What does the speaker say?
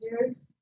years